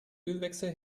ölwechsel